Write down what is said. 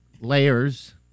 layers